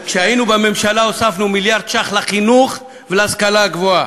כשהיינו בממשלה הוספנו מיליארד ש"ח לחינוך ולהשכלה הגבוהה.